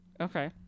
Okay